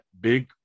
big